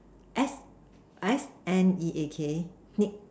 S S_N_E_A_K sneak